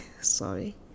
sorry